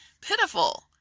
pitiful